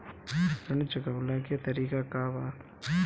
ऋण चुकव्ला के तरीका का बा?